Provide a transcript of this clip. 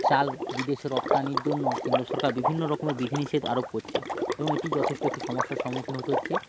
চাল বিদেশে রপ্তানির জন্য কেন্দ্র সরকার বিভিন্ন রকমের বিধি নিষেধ আরোপ করছে এবং এটি যথেষ্ট একটি সমস্যার সম্মুখীন হতে হচ্ছে